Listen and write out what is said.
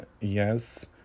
yes